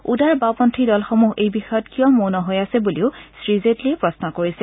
উদাৰ বাওঁপন্থী দলসমূহ এই বিষয়ত কিয় মৌন হৈ আছে বুলি শ্ৰী জেটলীয়ে প্ৰশ্ন কৰিছে